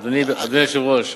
אדוני היושב-ראש,